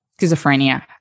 Schizophrenia